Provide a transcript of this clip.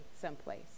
someplace